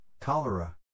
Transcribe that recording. cholera